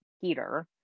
Peter